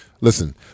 listen